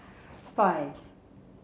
five